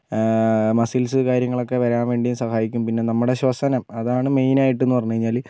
muscles കാര്യങ്ങളൊക്കെ വരാൻ വേണ്ടിയും സഹായിക്കും പിന്നെ നമ്മുടെ ശ്വസനം അതാണ് മെയിൻ ആയിട്ടെന്ന് പറഞ്ഞു കഴിഞ്ഞാല്